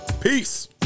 Peace